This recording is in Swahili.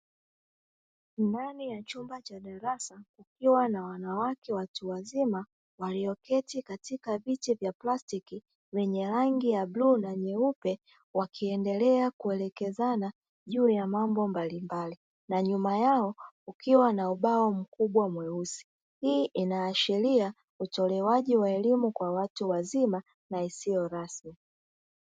Ndani ya chumba cha darasa kikiwa na wanawake watu wazima walioketi katika viti vya plastiki vyenye rangi ya bluu na nyeupe wakiendelea kuelekezana juu ya mambo mbalimbali na nyuma yao kukiwa na ubao mkubwa mweusi, hii inaashiria utolewaji wa elimu kwa watu wazima na isiyo rasmi.